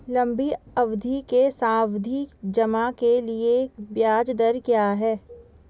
लंबी अवधि के सावधि जमा के लिए ब्याज दर क्या है?